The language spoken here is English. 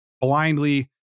blindly